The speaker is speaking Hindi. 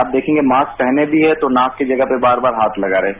आप देखेंगे मास्क पहनने भी हैं तो नाक की जगह पर बार बार हाथ लगा रहे हैं